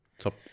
Top